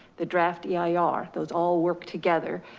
the draft yeah ah eir, those all work together.